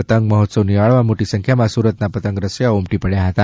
પતંગ મહોત્સવ નિહાળવા મોટી સંખ્યામાં સુરતના પતંગ રસિયા ઉમટી પડ્યા હતા